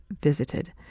visited